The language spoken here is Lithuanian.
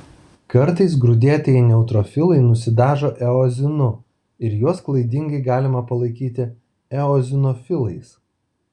kartais grūdėtieji neutrofilai nusidažo eozinu ir juos klaidingai galima palaikyti eozinofilais